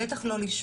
ולכן,